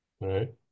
Right